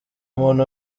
muntu